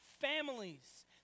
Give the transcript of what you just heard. families